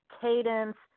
cadence